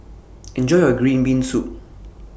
Enjoy your Green Bean Soup